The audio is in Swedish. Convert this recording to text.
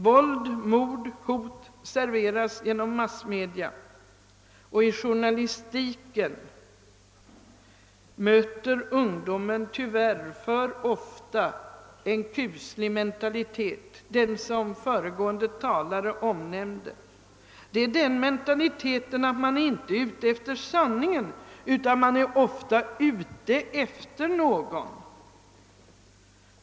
Våld, mord och hot serveras genom massmedia, och i journalistiken möter ungdomen tyvärr alltför ofta en kuslig mentalitet, som föregående talare omnämnde, nämligen att man inte är ute efter sanningen, utan att man är ute efter någon.